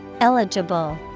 Eligible